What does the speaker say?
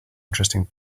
interesting